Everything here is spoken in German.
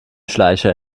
schleicher